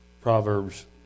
Proverbs